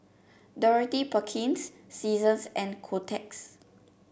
Dorothy Perkins Seasons and Kotex